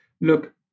look